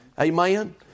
Amen